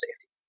safety